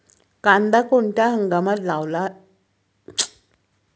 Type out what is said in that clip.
कांदा कोणत्या हंगामात लावता येतो?